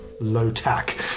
low-tack